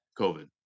COVID